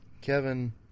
Kevin